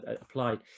applied